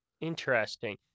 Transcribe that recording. Interesting